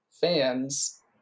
fans